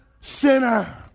sinner